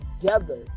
together